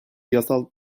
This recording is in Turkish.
yasal